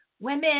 Women